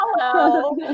Hello